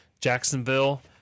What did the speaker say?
Jacksonville